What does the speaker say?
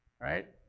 Right